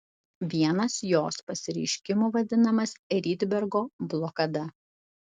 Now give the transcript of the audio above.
vienas jos pasireiškimų vadinamas rydbergo blokada